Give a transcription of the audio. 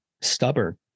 stubborn